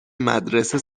مدرسه